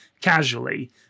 casually